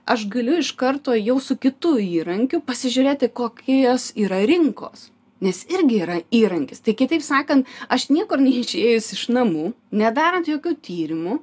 aš galiu iš karto jau su kitu įrankiu pasižiūrėti kokie jos yra rinkos nes irgi yra įrankis tai kitaip sakan aš niekur neišėjus iš namų nedarant jokių tyrimų